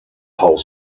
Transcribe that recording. whole